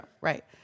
right